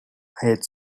had